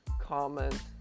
comment